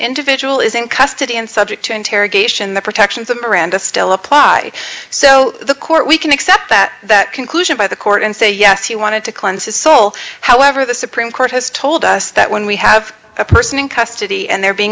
individual is in custody and subject to interrogation the protections of miranda still apply so the court we can accept that that conclusion by the court and say yes he wanted to cleanse his soul however the supreme court has told us that when we have a person in custody and they're being